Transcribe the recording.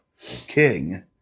king